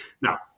Now